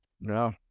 No